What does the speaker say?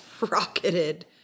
rocketed